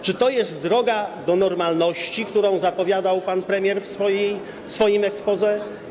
Czy to jest droga do normalności, którą zapowiadał pan premier w swoim exposé?